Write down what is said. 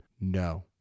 no